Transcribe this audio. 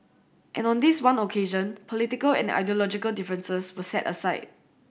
and on this one occasion political and ideological differences were set aside